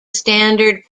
standard